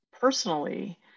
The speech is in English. personally